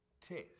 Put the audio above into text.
test